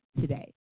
today